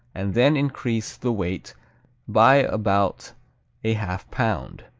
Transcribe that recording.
and then increase the weight by about a half pound.